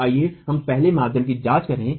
तो आइए हम पहले मापदंड की जाँच करें